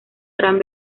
gran